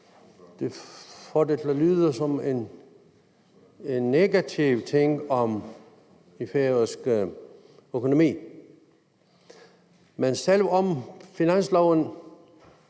at lyde som en negativ ting for den færøske økonomi. Men selv om finansloven